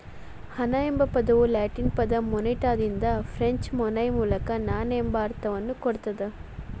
ಹಣ ಎಂಬ ಪದವು ಲ್ಯಾಟಿನ್ ಪದ ಮೊನೆಟಾದಿಂದ ಫ್ರೆಂಚ್ ಮೊನೈ ಮೂಲಕ ನಾಣ್ಯ ಎಂಬ ಅರ್ಥವನ್ನ ಕೊಡ್ತದ